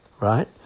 right